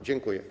Dziękuję.